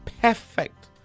perfect